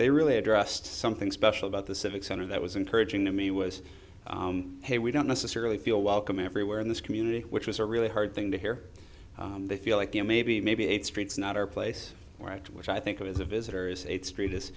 they really addressed something special about the civic center that was encouraging to me was hey we don't necessarily feel welcome everywhere in this community which was a really hard thing to hear they feel like you know maybe maybe eight streets not our place or at which i think of as a visitor is a street